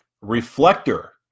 reflector